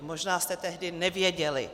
Možná jste tehdy nevěděli.